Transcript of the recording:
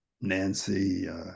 Nancy